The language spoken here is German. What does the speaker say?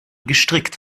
gestrickt